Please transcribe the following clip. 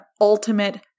ultimate